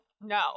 no